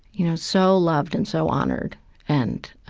you know, so loved and so honored and,